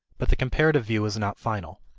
but the comparative view is not final.